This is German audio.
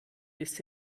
bis